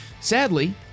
Sadly